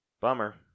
Bummer